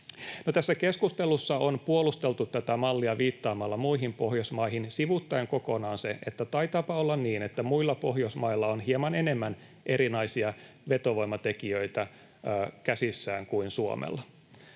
tässä keskustelussa on puolusteltu tätä mallia viittaamalla muihin Pohjoismaihin sivuuttaen kokonaan se, että taitaapa olla niin, että muilla Pohjoismailla on hieman enemmän erilaisia vetovoimatekijöitä käsissään kuin Suomella.